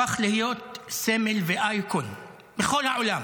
הפך להיות סמל ואייקון בכל העולם.